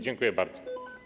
Dziękuję bardzo.